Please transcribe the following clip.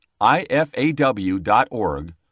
ifaw.org